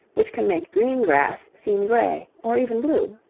which can make green grass seem gray or even blue.